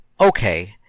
okay